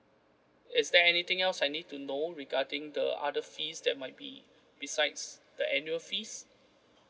is there anything else I need to know regarding the other fees that might be besides the annual fees